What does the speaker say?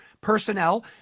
personnel